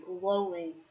glowing